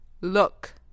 Look